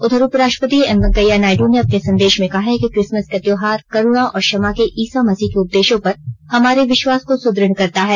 उधर उपराष्ट्रपति एम वेंकैया नायडू ने अपने संदेष में कहा है कि क्रिसमस का त्योहार करुणा और क्षमा के ईसा मसीह के उपदेशों पर हमारे विश्वास को सुद्रढ़ करता है